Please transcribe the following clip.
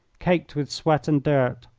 caked with sweat and dirt,